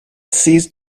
cease